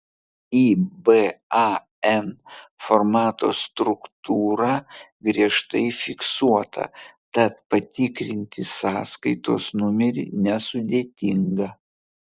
iban formato struktūra griežtai fiksuota tad patikrinti sąskaitos numerį nesudėtinga